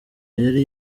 yari